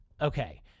Okay